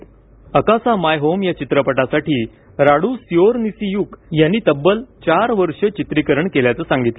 Akasa My Home या चित्रपटासाठी Radu Ciorniciuc यांनी तब्बल चार वर्षं चित्रीकरण केल्याचं सांगितलं